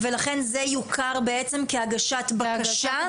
ולכן, זה יוכר בעצם כהגשת בקשה?